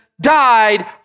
died